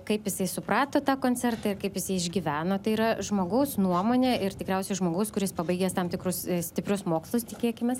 kaip jisai suprato tą koncertą ir kaip jis jį išgyveno tai yra žmogaus nuomonė ir tikriausiai žmogaus kuris pabaigęs tam tikrus stiprius mokslus tikėkimės